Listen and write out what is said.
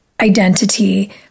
identity